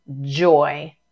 joy